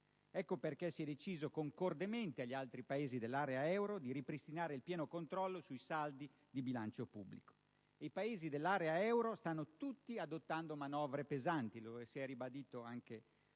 Ecco perché si è deciso, concordemente agli altri Paesi dell'area euro, di ripristinare il pieno controllo sui saldi di bilancio pubblico. I Paesi dell'area euro stanno tutti adottando manovre pesanti, lo si è ribadito anche